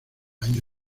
año